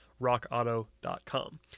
rockauto.com